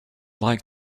like